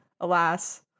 alas